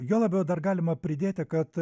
juo labiau dar galima pridėti kad